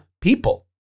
people